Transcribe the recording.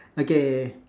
okay